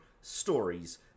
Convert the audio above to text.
stories